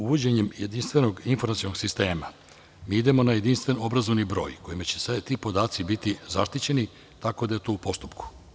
Uvođenjem jedinstvenog informacionog sistema mi idemo na jedinstven obrazovni broj kojima će sada ti podaci biti zaštićeni, tako da je to u postupku.